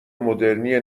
مدرنی